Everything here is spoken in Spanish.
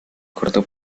corto